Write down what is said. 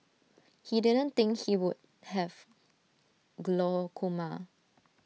he didn't think he would have glaucoma